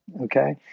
Okay